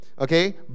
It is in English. Okay